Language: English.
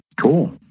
Cool